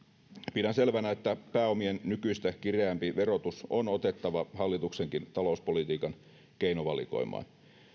pidän selvänä että pääomien nykyistä kireämpi verotus on otettava hallituksenkin talouspolitiikan keinovalikoimaan